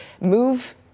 move